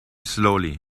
slowly